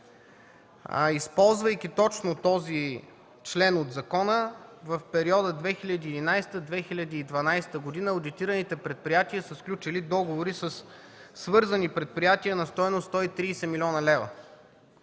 Използвайки точно този член от закона, в периода 2011-2012 г. одитираните предприятия са сключили договори със свързани предприятия на стойност 130 млн. лв.